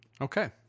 Okay